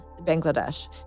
Bangladesh